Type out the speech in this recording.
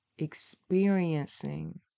experiencing